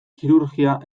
kirurgia